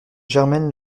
germaine